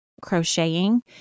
crocheting